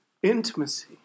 intimacy